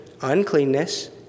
uncleanness